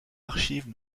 archives